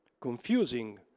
confusing